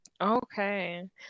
Okay